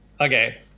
okay